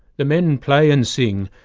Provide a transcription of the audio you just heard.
the men play and sing,